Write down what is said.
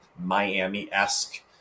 miami-esque